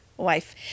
Wife